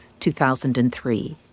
2003